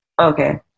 Okay